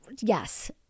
yes